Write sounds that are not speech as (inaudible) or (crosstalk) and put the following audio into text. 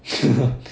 (laughs)